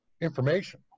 information